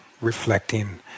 reflecting